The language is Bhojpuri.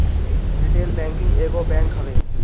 रिटेल बैंकिंग एगो बैंक हवे